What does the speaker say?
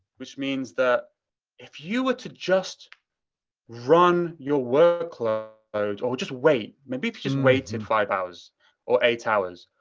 which means that if you were to just run your workflow or just wait. maybe if you just waited five hours or eight hours,